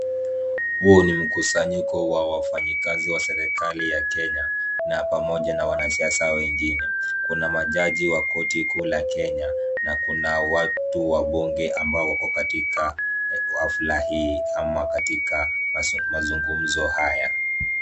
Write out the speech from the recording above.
Huo ni mkusanyiko wa wafanyikazi wa serikali ya Kenya, na pamoja na wanasiasa wengine. Kuna majaji wa koti kuu la Kenya, na kuna watu wa bunge ambao wako katika afla hii ama katika mazungumzo haya.